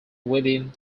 within